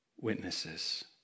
witnesses